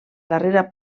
darrera